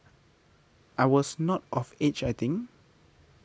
I was not of age I think